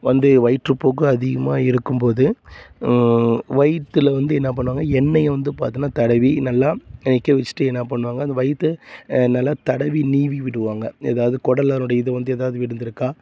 வந்து வயிற்றுப்போக்கு அதிகமாக இருக்கும்போது வயித்தில் வந்து என்னப் பண்ணுவாங்க எண்ணெயை வந்து பார்த்தின்னா தடவி நல்லா தேய்க்க வச்சிட்டு என்ன பண்ணுவாங்க வயிற்ற நல்லா தடவி நீவி விடுவாங்கள் ஏதாவது குடல்ல அதனுடைய இது வந்து ஏதாவது விழுந்திருக்கா